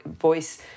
voice